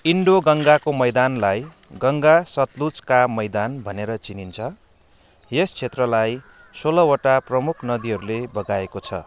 Indo गङ्गाको मैदानलाई गङ्गा सतलुजका मैदान भनेर चिनिन्छ यस क्षेत्रलाई सोह्रवटा प्रमुख नदीहरूले बगाएको छ